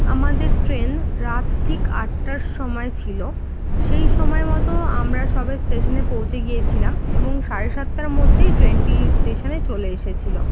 আমাদের ট্রেন রাত ঠিক আটটার সমায় ছিলো সেই সময় মতো আমরা সবাই স্টেশনে পৌঁছে গিয়েছিলাম এবং এবং সাড়ে সাতটার মধ্যেই ট্রেনটি স্টেশানে চলে এসেছিলো